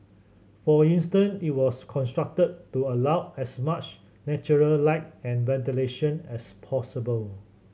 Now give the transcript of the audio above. for instance it was constructed to allow as much natural light and ventilation as possible